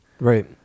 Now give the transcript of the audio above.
Right